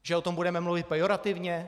Že o tom budeme mluvit pejorativně?